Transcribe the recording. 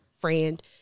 friend